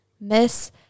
Miss